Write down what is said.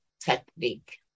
technique